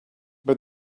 but